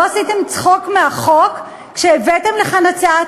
לא עשיתם צחוק מהחוק כשהבאתם לכאן הצעת